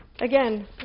Again